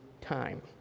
time